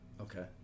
Okay